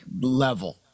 level